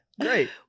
great